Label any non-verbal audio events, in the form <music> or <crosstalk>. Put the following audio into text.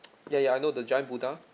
<noise> ya ya I know the giant buddha